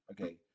Okay